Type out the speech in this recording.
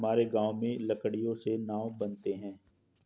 हमारे गांव में लकड़ियों से नाव बनते हैं